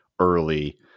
early